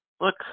look